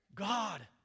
God